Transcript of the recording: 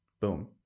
boom